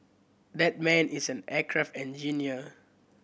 that man is an aircraft engineer